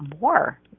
more